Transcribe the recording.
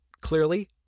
clearly